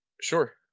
sure